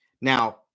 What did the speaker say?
Now